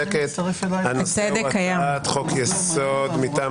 הנושא הראשון הוא הצעת חוק-יסוד מטעם